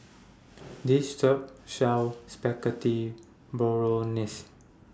This Shop sells Spaghetti Bolognese